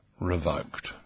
revoked